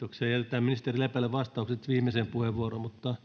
jätetään ministeri lepälle vastaukset viimeiseen puheenvuoroon